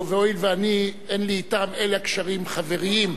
והואיל ואין לי אתם אלא קשרים חבריים,